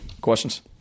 Questions